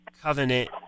covenant